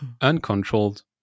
uncontrolled